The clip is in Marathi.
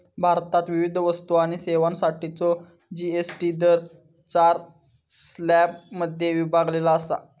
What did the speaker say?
भारतात विविध वस्तू आणि सेवांसाठीचो जी.एस.टी दर चार स्लॅबमध्ये विभागलेलो असा